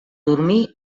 dormir